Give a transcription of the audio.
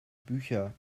bücher